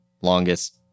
Longest